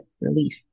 relief